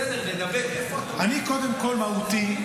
בסדר, איפה אתה מהותית?